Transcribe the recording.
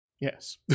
Yes